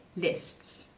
lists.